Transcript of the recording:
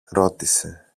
ρώτησε